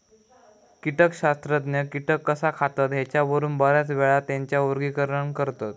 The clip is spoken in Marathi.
कीटकशास्त्रज्ञ कीटक कसा खातत ह्येच्यावरून बऱ्याचयेळा त्येंचा वर्गीकरण करतत